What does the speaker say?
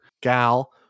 gal